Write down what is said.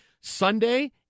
Sunday